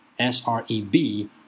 SREB